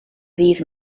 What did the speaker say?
ddydd